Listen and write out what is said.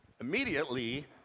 Immediately